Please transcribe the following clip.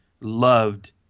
loved